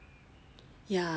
yeah